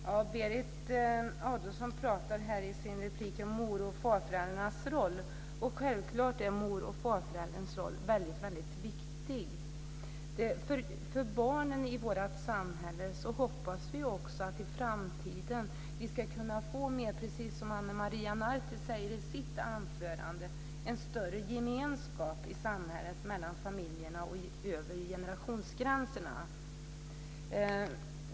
Herr talman! Berit Adolfsson talar i sin replik om mor och farföräldrarnas roll, och självklart är moroch farföräldrarnas roll väldigt viktig. För barnens skull hoppas vi att vi i framtiden ska kunna få, precis som Ana Maria Narti sade i sitt anförande, en större gemenskap i samhället mellan familjerna och över generationsgränserna.